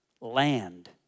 land